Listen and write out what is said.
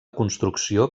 construcció